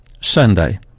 Sunday